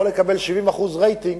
יכול לקבל 70% רייטינג